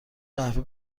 قهوه